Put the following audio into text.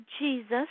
Jesus